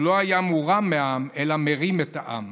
הוא לא היה מורם מהעם אלא מרים את העם.